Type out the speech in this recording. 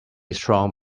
strong